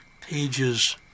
pages